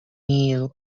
meal